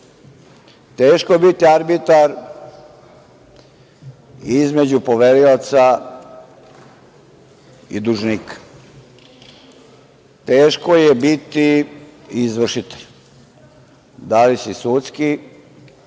Teško je biti arbitar između poverilaca i dužnika. Teško je biti i izvršitelj, da li si sudski,